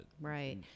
right